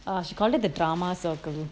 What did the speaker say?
ah should call it the drama circle